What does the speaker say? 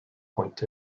point